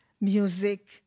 music